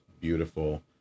beautiful